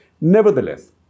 Nevertheless